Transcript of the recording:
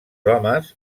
homes